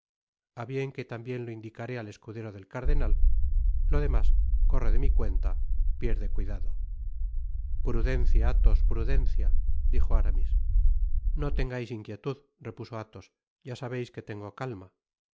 bien que tam bien lo indicaré al escudero del cardenal lo demás corre de mi cuenta pierde cuidado content from google book search generated at prudencia athos prudencia dijo aramis no tengais inquietud repuso athos ya sabeis que tengo calma